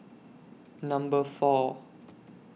Number four